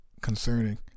concerning